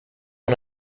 one